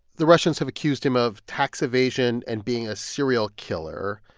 the russians have accused him of tax evasion and being a serial killer.